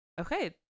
Okay